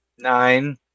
Nine